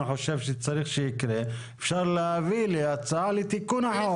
חושב שצריך שיקרה אפשר להביא הצעה לתיקון החוק.